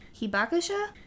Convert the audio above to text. Hibakusha